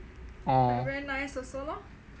orh